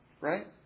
Right